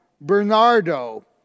Bernardo